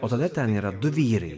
o tada ten yra du vyrai